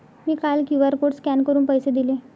मी काल QR code scan करून पैसे दिले